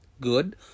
good